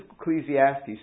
Ecclesiastes